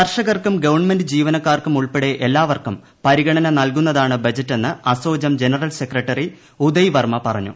കർഷകർക്കും ഗവൺമെന്റ് ജീവനക്കാർക്കും ഉൾപ്പെടെ എല്ലാവർക്കും പരിഗണന നൽകുന്നതാണ് ബ്ജ്റ്റെന്ന് ASSOCHAM general secretary Uday Varma പറഞ്ഞു